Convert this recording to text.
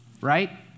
right